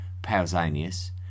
Pausanias